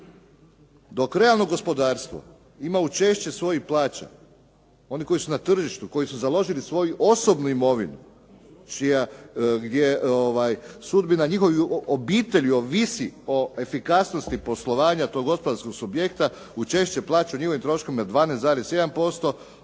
dok realno gospodarstvo ima učešće svojih plaća, oni koji su na tržištu, koji su založili svoju osobnu imovinu, gdje sudbina njihovih obitelji ovisi o efikasnosti poslovanja tog gospodarskog subjekta, učešće plaća u njihovim troškovima 12,1%,